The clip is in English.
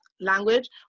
language